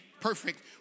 perfect